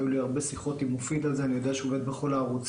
היו לי הרבה שיחות עם מופיד על זה ואני יודע שהוא עובד בכל הערוצים.